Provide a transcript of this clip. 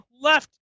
left